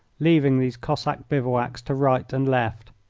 leaving these cossack bivouacs to right and left.